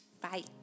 Bye